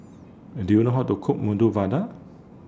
Do YOU know How to Cook Medu Vada